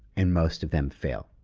and most of them fail.